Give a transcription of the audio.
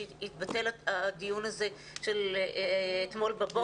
שהתבטל הדיון שהיה אמור להיערך אתמול בבוקר.